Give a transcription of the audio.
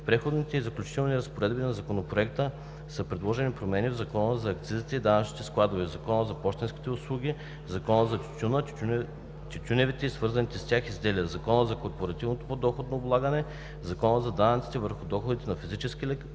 В преходните и заключителните разпоредби на Законопроекта са предложени промени в Закона за акцизите и данъчните складове, Закона за пощенските услуги, Закона за тютюна, тютюневите и свързаните с тях изделия, Закона за корпоративното подоходно облагане, Закона за данъците върху доходите на физическите